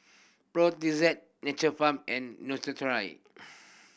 Brotzeit Nature Farm and